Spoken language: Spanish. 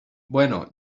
bueno